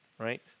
Right